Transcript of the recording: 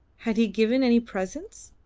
had he given any presents?